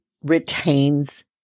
retains